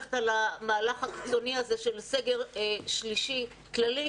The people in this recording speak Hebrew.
ללכת על המהלך הקיצוני הזה של סגר שלישי כללי,